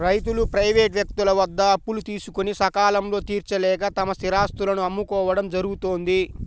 రైతులు ప్రైవేటు వ్యక్తుల వద్ద అప్పులు తీసుకొని సకాలంలో తీర్చలేక తమ స్థిరాస్తులను అమ్ముకోవడం జరుగుతోంది